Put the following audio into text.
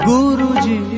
Guruji